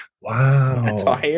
Wow